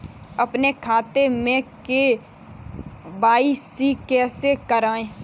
अपने खाते में के.वाई.सी कैसे कराएँ?